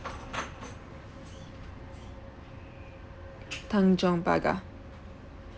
tanjong pagar